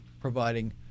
providing